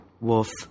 wolf